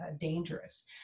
dangerous